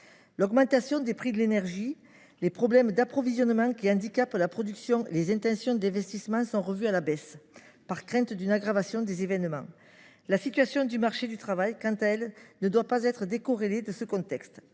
l’augmentation des prix de l’énergie et les problèmes d’approvisionnement handicapent la production ; les intentions d’investissement sont revues à la baisse, par crainte d’une aggravation des événements. La situation du marché du travail ne doit pas être décorrélée de ce contexte.